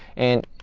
and